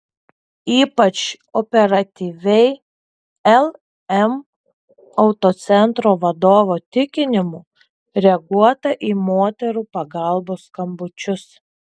ypač operatyviai lm autocentro vadovo tikinimu reaguota į moterų pagalbos skambučius